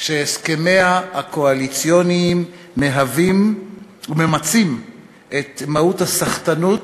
שהסכמיה הקואליציוניים מהווים וממצים את מהות הסחטנות